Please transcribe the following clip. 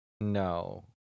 No